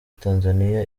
tanzania